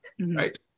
Right